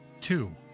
two